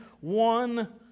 one